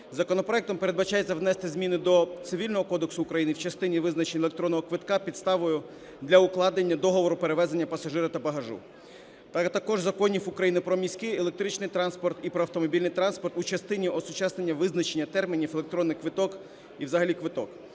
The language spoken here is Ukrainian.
Законопроектом передбачається внести зміни до Цивільного кодексу України в частині визначення електронного квитка підставою для укладення договору перевезення пасажирів та багажу, а також законів України "Про міський електричний транспорт" та "Про автомобільний транспорт" у частині осучаснення визначення термінів "електронний квиток" і взагалі "квиток".